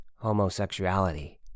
homosexuality